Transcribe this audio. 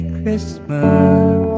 Christmas